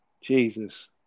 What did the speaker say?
Jesus